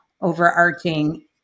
overarching